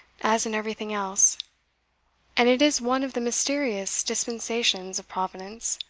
as in everything else and it is one of the mysterious dispensations of providence,